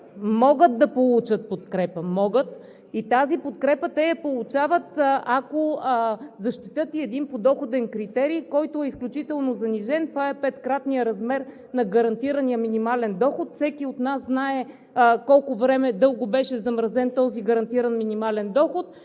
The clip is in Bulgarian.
могат да получат подкрепа. Могат да получат и тази подкрепа, те я получават, ако защитят и един подоходен критерий, който е изключително занижен – това е петкратният размер на гарантирания минимален доход. Всеки от нас знае колко дълго време беше замразен този гарантиран минимален доход